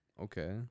Okay